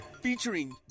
Featuring